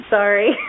sorry